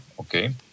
okay